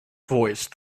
voice